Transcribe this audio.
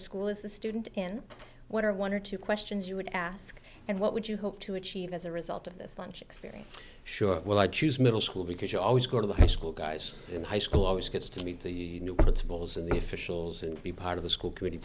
school is the student and what are one or two questions you would ask and what would you hope to achieve as a result of the french experience sure well i'd choose middle school because you always go to the high school guys in high school always gets to meet the new principal as in the officials and be part of the school committee